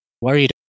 worried